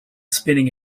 spinning